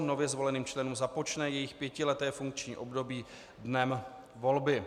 Nově zvoleným členům započne jejich pětileté funkční období dnem volby.